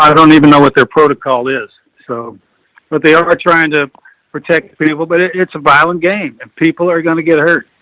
um don't even know what their protocol is. so, but they are are trying to protect people, but it's a violent game and people are going to get hurt.